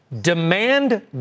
demand